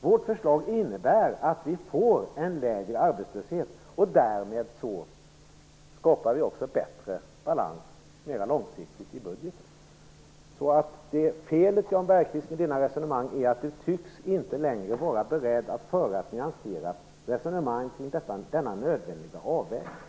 Vårt förslag innebär lägre arbetslöshet, och därmed skapar vi också långsiktigt bättre balans i budgeten. Felet med Jan Bergqvist är att han inte längre tycks vara beredd att föra ett nyanserat resonemang kring denna nödvändiga avvägning.